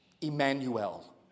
emmanuel